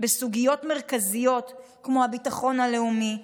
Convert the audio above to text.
בסוגיות מרכזיות כמו הביטחון הלאומי,